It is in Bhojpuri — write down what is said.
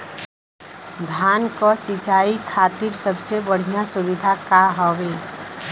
धान क सिंचाई खातिर सबसे बढ़ियां सुविधा का हवे?